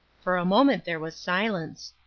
for a moment there was silence.